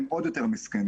הם עוד יותר מסכנים.